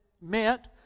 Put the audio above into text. meant